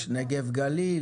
הנגב והגליל,